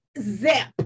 Zip